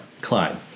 Clyde